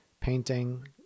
painting